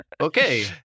Okay